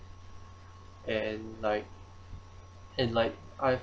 and like and like I